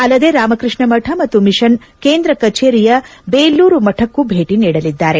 ಅಲ್ಲದೇ ರಾಮಕೃಷ್ಣ ಮಠ ಮತ್ತು ಮಿಷನ್ ಕೇಂದ್ರ ಕಚೇರಿಯ ಬೇಲೂರು ಮಠಕ್ಕೂ ಭೇಟಿ ನೀಡಲಿದ್ದಾರೆ